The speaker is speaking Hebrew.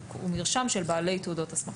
הוא מרשם של בעלי תעודות הסמכה.